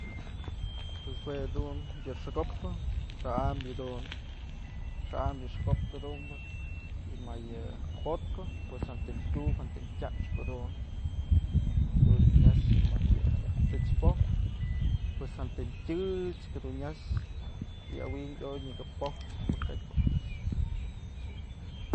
Pues juedun yë xëkopë xa'ambë yëdun, xa'ambë yë xëkop këdunbë y mayë potpë jantën tyup jantëm tyaxpë jëdun nyax mayë tëch poj pues jantëm tyëxkë dun nyax y awinkë ayoy nyaka poj mëkatyë.